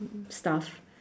stuff